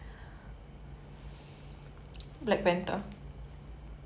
err